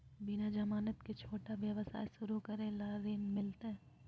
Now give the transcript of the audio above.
बिना जमानत के, छोटा व्यवसाय शुरू करे ला ऋण मिलतई?